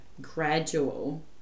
gradual